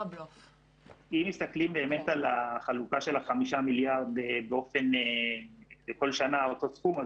אם מסתכלים על החלוקה של החמישה מיליארד לכל שנה אותו סכום,